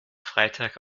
freitag